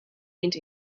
went